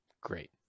great